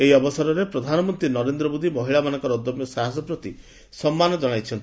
ଏହି ଅବସରରେ ପ୍ରଧାନମନ୍ତ୍ରୀ ନରେନ୍ଦ୍ର ମୋଦି ମହିଳାମାନଙ୍କ ଅଦମ୍ୟ ସାହସ ପ୍ରତି ସମ୍ମାନ ଜଣାଇଛନ୍ତି